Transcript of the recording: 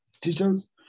teachers